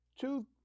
two